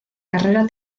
carrera